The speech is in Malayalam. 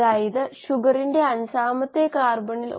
ഇപ്പോൾ ഇത് നമ്മുടെ സമീപനത്തെ എങ്ങനെ ലളിതമാക്കുന്നുവെന്ന് കാണുക